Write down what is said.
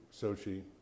Sochi